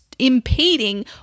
impeding